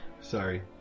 Sorry